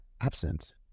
absence